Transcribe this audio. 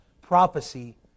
prophecy